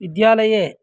विद्यालये